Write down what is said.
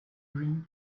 dream